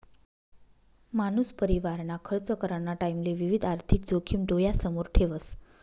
मानूस परिवारना खर्च कराना टाईमले विविध आर्थिक जोखिम डोयासमोर ठेवस